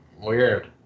Weird